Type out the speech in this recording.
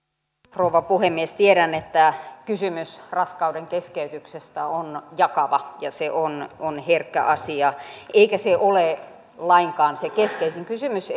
rouva puhemies tiedän että kysymys raskaudenkeskeytyksestä on jakava ja se on on herkkä asia eikä se ole lainkaan se keskeisin kysymys